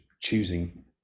choosing